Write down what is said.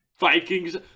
Vikings